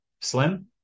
Slim